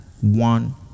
one